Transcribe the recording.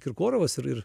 kirkorovas ir ir